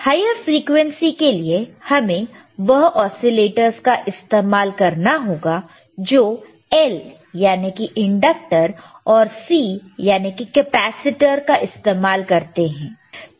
higher frequency के लिए हमें वह ओसीलेटरस का इस्तेमाल करना होगा जो L याने की इंडक्टर और C याने की कैपेसिटर का इस्तेमाल करते हैं